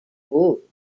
food